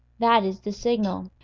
that is the signal.